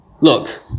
look